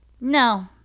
No